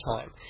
Time